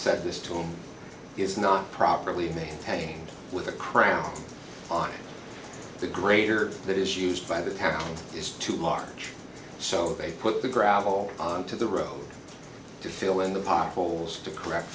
said this to him is not properly maintained with a crown on the greater that is used by the pound is too large so they put the gravel on to the road to fill in the potholes to c